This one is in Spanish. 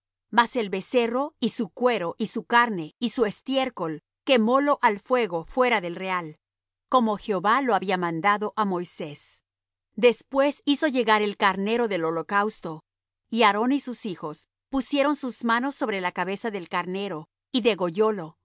mas el becerro y su cuero y su carne y su estiércol quemólo al fuego fuera del real como jehová lo había mandado á moisés después hizo llegar el carnero del holocausto y aarón y sus hijos pusieron sus manos sobre la cabeza del carnero y